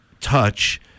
touch